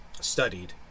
studied